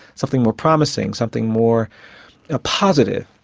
something more promising, something more ah positive,